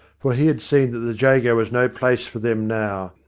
for he had seen that the jago was no place for them now,